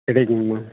கிடைக்குமா